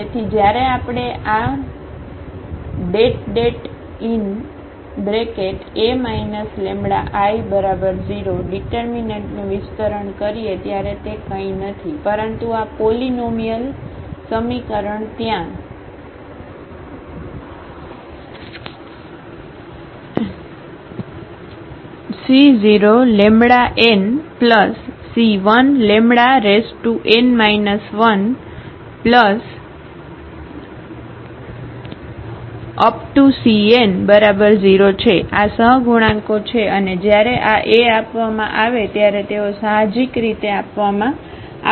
તેથી જ્યારે આપણે આ det A λI 0 ઙીટરમીનન્ટનું વિસ્તરણ કરીએ ત્યારે તે કંઈ નથી પરંતુ આ પોલીનોમીઅલ સમીકરણ ત્યાંc0nc1n 1cn0 છે આ સહગુણાંકો છે અને જ્યારે આ A આપવામાં આવે ત્યારે તેઓ સાહજિક રીતે આપવામાં આવશે